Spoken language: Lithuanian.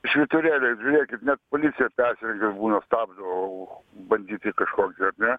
švyturėliai žiūrėkit net policija persirengę būna stabdo o banditai kažkokie ar ne